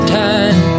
time